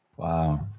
Wow